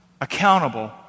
accountable